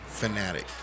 fanatic